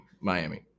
Miami